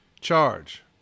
Charge